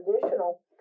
traditional